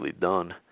done